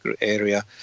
area